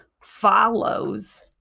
follows